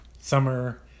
summer